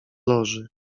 loży